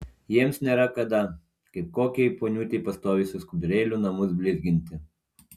jiems nėra kada kaip kokiai poniutei pastoviai su skudurėliu namus blizginti